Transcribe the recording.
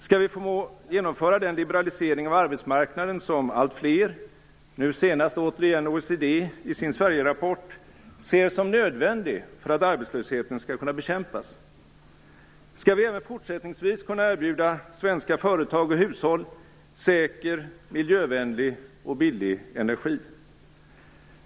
Skall vi förmå genomföra den liberalisering av arbetsmarknaden som alltfler - nu senast återigen OECD i sin Sverigerapport - ser som nödvändig för att arbetslösheten skall kunna bekämpas? Skall vi även fortsättningsvis kunna erbjuda svenska företag och hushåll säker, miljövänlig och billig energi?